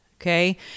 Okay